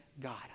God